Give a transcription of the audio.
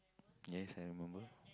yes I remember